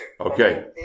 Okay